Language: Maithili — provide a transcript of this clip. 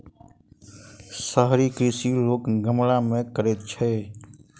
शहरी कृषि लोक गमला मे करैत छै